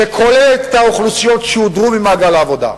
שכוללת את האוכלוסיות שהודרו ממעגל העבודה,